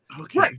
Okay